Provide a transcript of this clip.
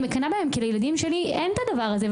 אני מקנאה בהם, כי לילדים שלי אין את הדבר הזה.